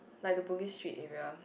like the Bugis-Street area